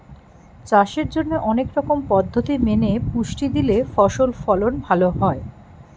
চাষের জন্যে অনেক রকম পদ্ধতি মেনে পুষ্টি দিলে ফসল ফলন ভালো হয়